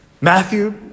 Matthew